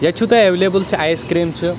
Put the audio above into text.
ییٚتہِ چھُ تۄہہِ اٮ۪ولیبٕل چھِ آیس کِرٛیٖم چھِ